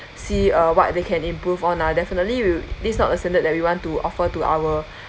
see uh what they can improve on lah definitely we this is not the standard that we want to offer to our